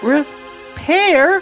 Repair